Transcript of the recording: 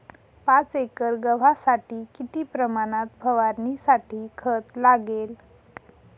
पाच एकर गव्हासाठी किती प्रमाणात फवारणीसाठी खत लागेल?